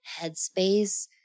headspace